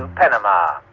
panama.